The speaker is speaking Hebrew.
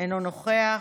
אינו נוכח.